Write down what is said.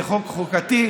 זה חוק חוקתי,